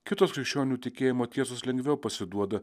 kitos krikščionių tikėjimo tiesos lengviau pasiduoda